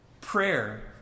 prayer